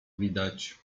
widać